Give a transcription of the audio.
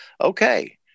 Okay